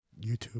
YouTube